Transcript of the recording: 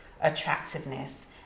attractiveness